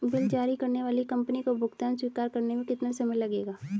Bill जारी करने वाली कंपनी को भुगतान स्वीकार करने में कितना समय लगेगा?